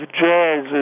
jazz